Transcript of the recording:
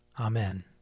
Amen